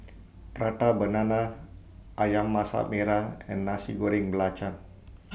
Prata Banana Ayam Masak Merah and Nasi Goreng Belacan